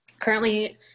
Currently